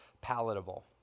palatable